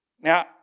Now